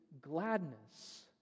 gladness